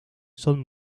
son